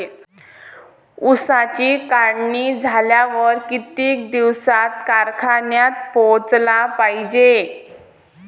ऊसाची काढणी झाल्यावर किती दिवसात कारखान्यात पोहोचला पायजे?